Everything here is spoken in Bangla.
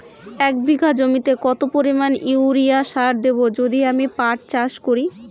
এক বিঘা জমিতে কত পরিমান ইউরিয়া সার দেব যদি আমি পাট চাষ করি?